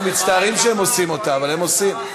אנחנו מצטערים שהם עושים אותה, אבל הם עושים.